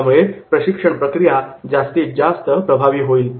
यामुळे प्रशिक्षण प्रक्रिया जास्तीत जास्त प्रभावी होईल